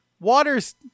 Water's